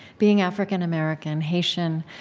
being african-american, haitian,